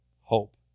hope